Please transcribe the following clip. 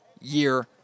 year